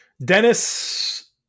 Dennis